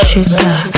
Sugar